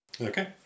Okay